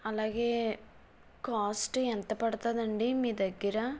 అలాగే కాస్ట్ ఎంత పడుతుందండీ మీ దగ్గర